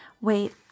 wait